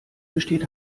besteht